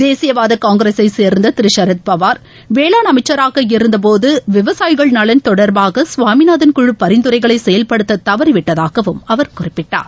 தேசியவாத காங்கிரஸை சேர்ந்த திரு ஏரத் பவார் வேளாண் அமைச்சராக இருந்தபோது விவசாயிகள் நலன் தொடர்பாக சுவாமிநாதன் குழு பரிந்துரைகளை செயல்படுத்த தவறிவிட்டதாகவும் அவர் குறிப்பிட்டார்